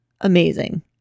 Amazing